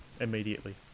immediately